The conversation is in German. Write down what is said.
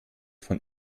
von